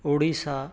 Orissa